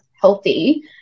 healthy